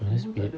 oh that's weird